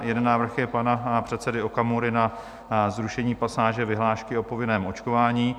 Jeden návrh je pana předsedy Okamury na zrušení pasáže vyhlášky o povinném očkování.